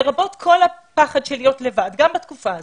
לרבות כל הפחד של להיות לבד גם בתקופה הזאת,